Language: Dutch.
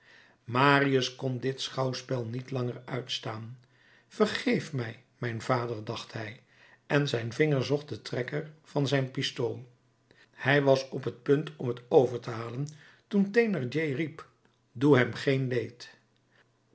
marius kon dat schouwspel niet langer uitstaan vergeef mij mijn vader dacht hij en zijn vinger zocht den trekker van zijn pistool hij was op t punt om t over te halen toen thénardier riep doe hem geen leed